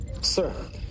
Sir